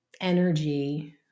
energy